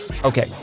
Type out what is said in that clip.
Okay